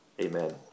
amen